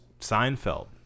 Seinfeld